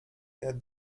der